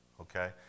Okay